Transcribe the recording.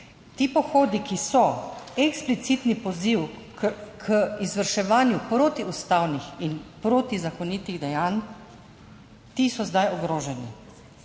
ti pohodi, ki so eksplicitni poziv k izvrševanju protiustavnih in protizakonitih dejanj, ti so zdaj ogroženi.